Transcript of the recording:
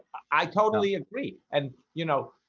i totally agree and you know,